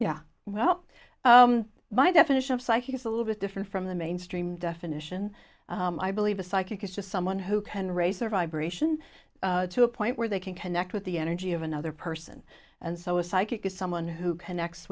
yeah well my definition of psychic is a little bit different from the mainstream definition i believe a psychic is just someone who can raise their vibration to a point where they can connect with the energy of another person and so a psychic is someone who connects